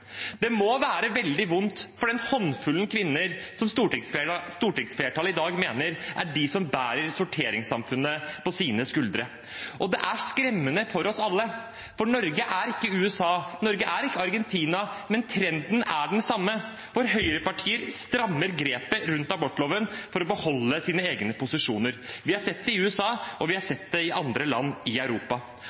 Det må være veldig vondt for en håndfull kvinner som stortingsflertallet mener er de som bærer sorteringssamfunnet på sine skuldre. Det er skremmende for oss alle. For Norge er ikke USA. Norge er ikke Argentina. Men trenden er den samme, for høyrepartier strammer grepet rundt abortloven for å beholde sine egne posisjoner. Vi har sett det i USA, og vi har sett det i andre land i Europa.